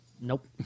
Nope